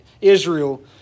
Israel